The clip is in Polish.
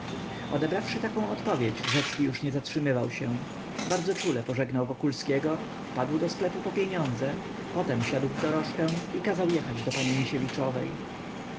wieczorem odebrawszy taką odpowiedź rzecki już nie zatrzymywał się bardzo czule pożegnał wokulskiego wpadł do sklepu po pieniądze potem siadł w dorożkę i kazał jechać do pani